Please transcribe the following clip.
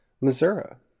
missouri